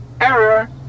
Error